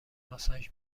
ماساژ